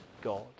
God